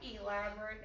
elaborate